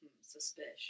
Suspicious